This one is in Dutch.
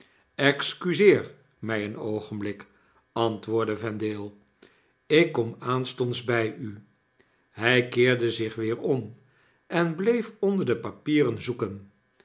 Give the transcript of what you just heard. excuseer mij een oogenbiik antwoordde vendale ik kom aanstonds by u hg keerde zich weer om en bleefonderde papieren zoeken